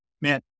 man